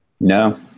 No